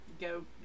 go